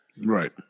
Right